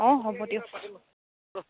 অঁ হ'ব দিয়ক